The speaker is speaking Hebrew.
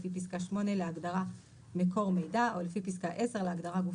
לפי פסקה (8) להגדרה "מקור מידע" או לפי פסקה (10) להגדרה "גוף